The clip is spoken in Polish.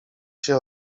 się